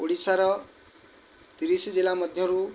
ଓଡ଼ିଶାର ତିରିଶ ଜିଲ୍ଲା ମଧ୍ୟରୁ